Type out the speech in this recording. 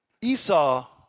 Esau